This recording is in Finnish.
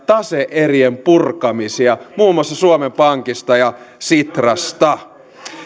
tase erien purkamisia muun muassa suomen pankista ja sitrasta